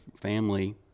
family